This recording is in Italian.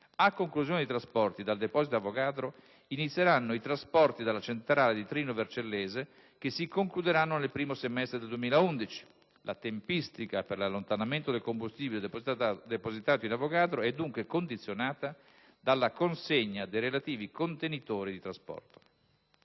A conclusione dei trasporti dal deposito Avogadro, inizieranno i trasporti dalla centrale di Trino Vercellese che si concluderanno nel primo semestre del 2011. La tempistica per l'allontanamento del combustibile depositato in Avogadro è, dunque, condizionata dalla consegna dei relativi contenitori di trasporto.